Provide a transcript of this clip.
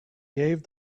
gave